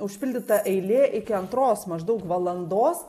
užpildyta eilė iki antros maždaug valandos